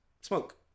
smoke